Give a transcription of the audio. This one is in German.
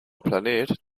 planet